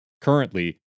Currently